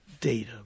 data